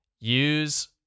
use